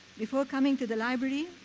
before coming to the library,